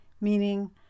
Meaning